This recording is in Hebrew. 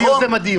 ביוזם הדיון.